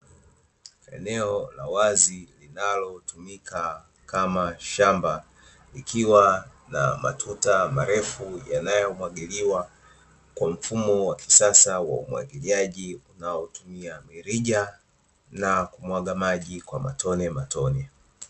Eneo la wazi linalotumika kama shamba, likiwa na matuta marefu yanayomwagiliwa kwa mfumo wa kisasa wa umwagiliaji, unaotumia mirija na kumwaga maji kwa matonematone.